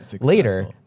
later